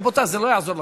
רבותי, זה לא יעזור לכם.